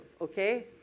okay